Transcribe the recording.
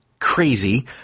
crazy